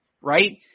right